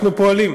אנחנו פועלים.